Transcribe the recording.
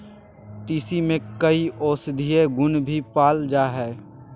तीसी में कई औषधीय गुण भी पाल जाय हइ